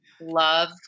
love